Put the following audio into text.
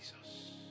Jesus